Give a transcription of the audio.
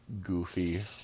goofy